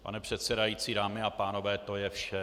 Pane předsedající, dámy a pánové, to je vše.